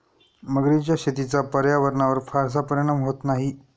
मगरीच्या शेतीचा पर्यावरणावर फारसा परिणाम होत नाही